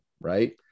right